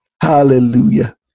Hallelujah